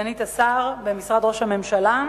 כסגנית השר במשרד ראש הממשלה,